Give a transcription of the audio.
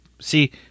see